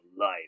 life